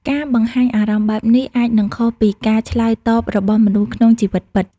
ការបង្ហាញអារម្មណ៍បែបនេះអាចនឹងខុសពីការឆ្លើយតបរបស់មនុស្សក្នុងជីវិតពិត។